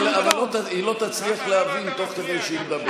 אבל היא לא תצליח להבין תוך כדי שהיא מדברת.